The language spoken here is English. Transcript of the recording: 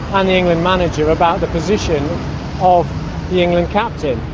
um the england manager about the position of the england captain,